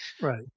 Right